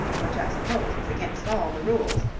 which i suppose was against all the rules,